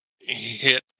hit